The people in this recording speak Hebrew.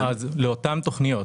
העודפים בתוכנית